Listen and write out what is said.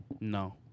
No